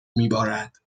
میبارد